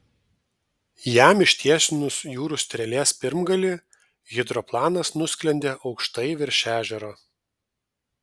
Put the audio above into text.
jam ištiesinus jūrų strėlės pirmgalį hidroplanas nusklendė aukštai virš ežero